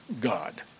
God